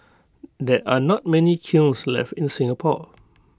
there are not many kilns left in Singapore